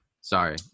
Sorry